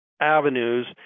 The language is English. avenues